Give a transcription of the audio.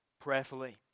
prayerfully